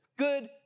good